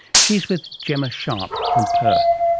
she's with gemma sharp from perth.